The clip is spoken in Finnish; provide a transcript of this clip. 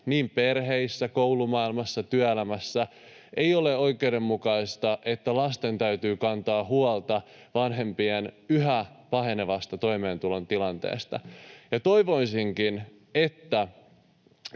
niin perheissä, koulumaailmassa kuin työelämässä. Ei ole oikeudenmukaista, että lasten täytyy kantaa huolta vanhempien yhä pahenevasta toimeentulon tilanteesta, ja toivoisinkin, että